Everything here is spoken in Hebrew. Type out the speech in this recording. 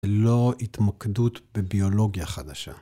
ולא התמקדות בביולוגיה חדשה.